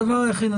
הדבר היחיד,